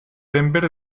denver